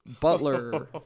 Butler